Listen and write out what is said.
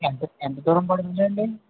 ఎంత ఎంత దూరం పడుతుందండి